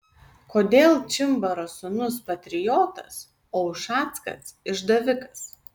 kodėl čimbaro sūnus patriotas o ušackas išdavikas